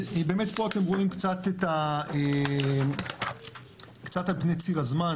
פה אתם רואים קצת על פני ציר הזמן